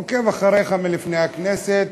עוקב אחריך מלפני הכנסת.